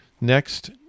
Next